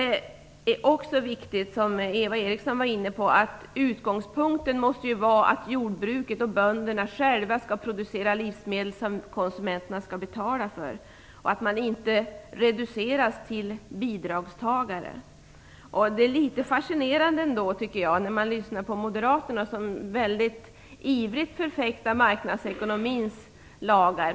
Det är också viktigt, som Eva Eriksson var inne på, att utgångspunkten måste vara att jordbruket och bönderna själva skall producera livsmedel som konsumenterna kan betala för och att man inte reduceras till bidragstagare. Det är litet fascinerande att lyssna på moderaterna, som annars väldigt ivrigt förfäktar marknadsekonomins lagar.